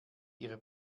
ihre